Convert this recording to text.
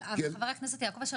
אבל חה"כ יעקב אשר,